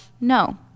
No